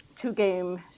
two-game